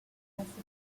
capacity